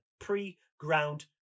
pre-ground